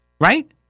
right